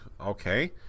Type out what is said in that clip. Okay